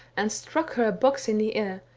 and struck her a box in the ear,